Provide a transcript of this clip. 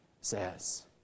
says